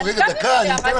רגע, דקה, אני אתן לך לסיים.